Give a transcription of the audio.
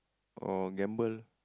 oh gamble